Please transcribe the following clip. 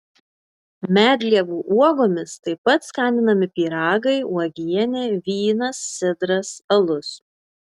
medlievų uogomis taip pat skaninami pyragai uogienė vynas sidras alus